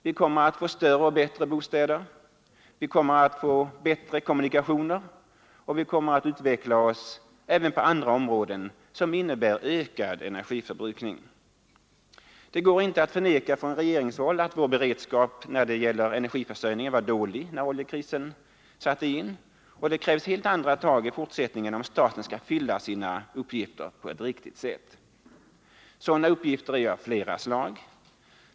Vi kommer att få större och bättre bostäder, vi kommer att få bättre kommunikationer, och vi kommer att utveckla oss även på andra områden som innebär ökad energiförbrukning. Det går inte att förneka från regeringshåll att vår beredskap när det gäller energiförsörjningen var dålig när oljekrisen satte in, och det krävs helt andra tag i fortsättningen om staten skall fylla sina uppgifter på ett riktigt sätt. Sådana uppgifter är av flera slag.